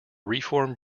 reform